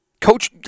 Coach